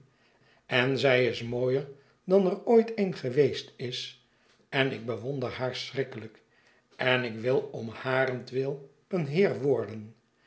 en zij is mooier dan er ooit een geweest is en ik be wonder haar schrikkelijk en ik wil om harentwii een heer worden